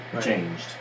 changed